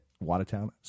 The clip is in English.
Watertown